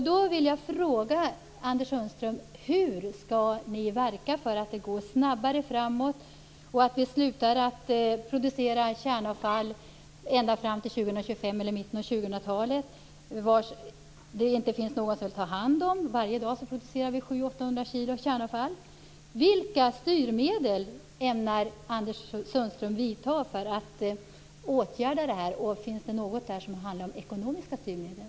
Då vill jag fråga Anders Sundström: Hur skall ni verka för att det går snabbare framåt och att vi slutar att producera kärnavfall ända fram till 2025 eller mitten av 2000-talet? Det finns inte någon som vill ta hand om det. Varje dag producerar vi 700-800 kg kärnavfall. Vilka styrmedel ämnar Anders Sundström använda för att åtgärda detta? Handlar något om ekonomiska styrmedel?